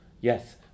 Yes